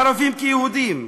ערבים כיהודים.